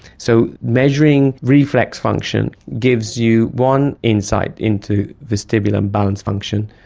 so measuring reflex function gives you one insight into vestibular imbalance function,